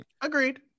agreed